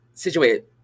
situated